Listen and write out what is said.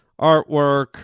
artwork